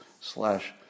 slash